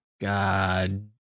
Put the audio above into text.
God